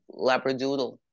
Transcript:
labradoodle